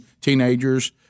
teenagers